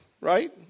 right